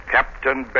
Captain